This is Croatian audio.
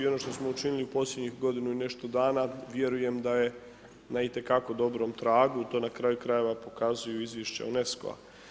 I ono što smo učinili u posljednjih godinu i nešto dana vjerujem da je na itekako dobrom tragu i to na kraju krajeva pokazuju izvješća UNESCO-a.